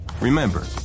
Remember